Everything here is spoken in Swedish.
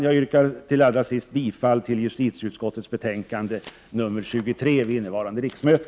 Jag yrkar slutligen bifall till hemställan i justitieutskottets betänkande nr 23 vid innevarande riksmöte.